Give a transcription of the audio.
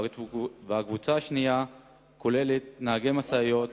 והקבוצה השנייה כוללת נהגי משאיות,